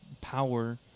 power